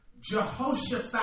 Jehoshaphat